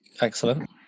excellent